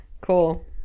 Cool